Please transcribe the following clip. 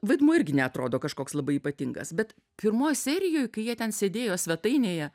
vaidmuo irgi neatrodo kažkoks labai ypatingas bet pirmoj serijoj kai jie ten sėdėjo svetainėje